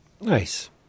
Nice